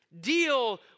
deal